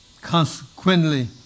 Consequently